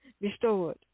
restored